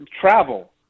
travel